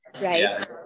Right